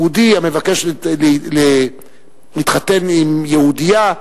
יהודי המבקש להתחתן עם יהודייה,